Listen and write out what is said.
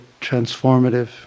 transformative